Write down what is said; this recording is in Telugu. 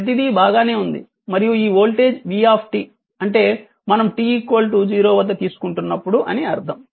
ప్రతీదీ బాగానే ఉంది మరియు ఈ వోల్టేజ్ v అంటే మనం t 0 వద్ద తీసుకుంటున్నప్పుడు అని అర్థం